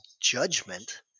judgment